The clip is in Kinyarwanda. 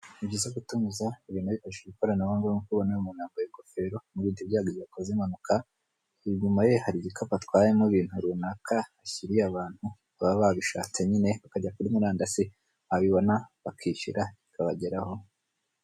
Ni byiza gutumiza ibintu wifashije ikoranabuhanga nk'uko ubibona umuntu yambaye ingofero yirindi byago byakoze impanuka inyuma ye hari igikapu atwayemo ibintu runaka, ashyiriye abantu baba babishatse, nyine bakajya, kuri murandasi babibona bakishyura bikabageraho.